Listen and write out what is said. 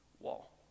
wall